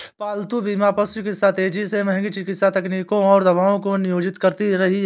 पालतू बीमा पशु चिकित्सा तेजी से महंगी चिकित्सा तकनीकों और दवाओं को नियोजित कर रही है